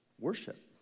worship